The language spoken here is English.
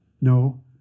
No